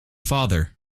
father